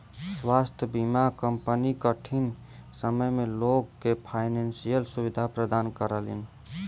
स्वास्थ्य बीमा कंपनी कठिन समय में लोग के फाइनेंशियल सुविधा प्रदान करलीन